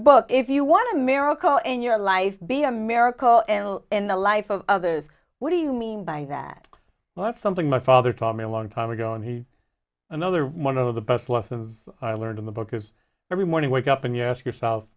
book if you want a miracle in your life be a miracle and in the life of others what do you mean by that well that's something my father taught me a long time ago and he another one of the best lesson i learned in the book is every morning wake up and you ask yourself